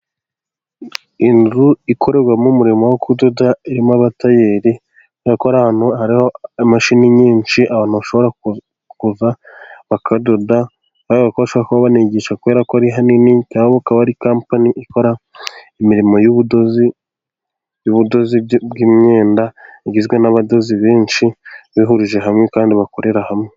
Inzu ikoremo umurimo wo kudoda, irimo abatayeri urabona ko hariho imashini nyinshi, abantu bashobora kuva bakadoda bashobora kuba banigisha kubera ko ari hanini cyangwa kaba kapani ikora imirimo y'ubudozi, ubudozi bw'imyenda igizwe n'abadozi benshi bihurije hamwe kandi bakorera hamwe.